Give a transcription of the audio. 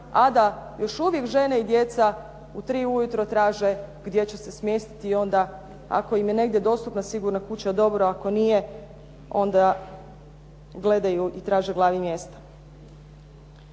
a da još uvijek žene i djeca u tri ujutro traže gdje će se smjestiti i onda ako im je negdje dostupna sigurna kuća dobro, ako nije, onda gledaju i traže glavi mjesta.